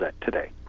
today